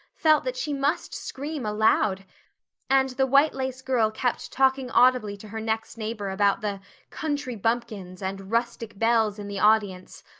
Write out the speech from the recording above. felt that she must scream aloud and the white-lace girl kept talking audibly to her next neighbor about the country bumpkins and rustic belles in the audience,